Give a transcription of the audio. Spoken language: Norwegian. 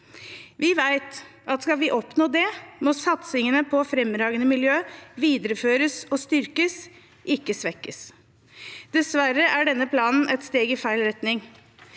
Vi vet at skal vi oppnå det, må satsingen på fremragende miljøer videreføres og styrkes, ikke svekkes. Dessverre er denne planen et steg i feil retning.